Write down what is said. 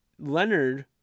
Leonard